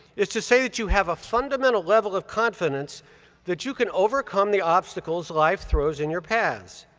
is to say that you have a fundamental level of confidence that you can overcome the obstacles life throws in your paths,